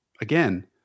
again